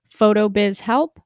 PHOTOBIZHELP